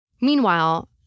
Meanwhile